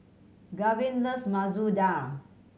Gavyn loves Masoor Dal